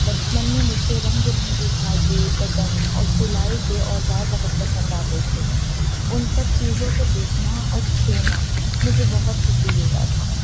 بچپن میں مجھے رنگ برنگے دھاگے بٹن اور سلائی کے اوزار بہت پسند آتے تھے ان سب چیزوں کو دیکھنا اور چھونا مجھے بہت خوشی دیتا تھا